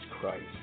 Christ